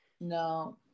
No